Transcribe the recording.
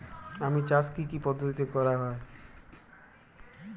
আম চাষ কি কি পদ্ধতিতে করা হয়?